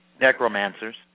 necromancers